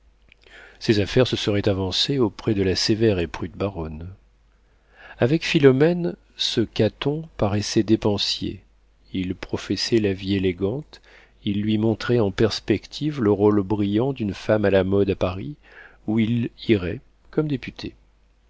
ses affaires se seraient avancées auprès de la sévère et prude baronne avec philomène ce caton paraissait dépensier il professait la vie élégante il lui montrait en perspective le rôle brillant d'une femme à la mode à paris où il irait comme député